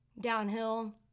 downhill